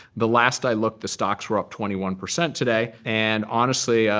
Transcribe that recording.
the last i looked, the stocks were up twenty one percent today. and honestly,